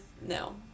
No